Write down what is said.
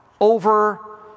over